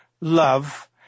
love